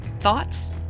Thoughts